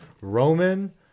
Roman